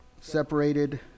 separated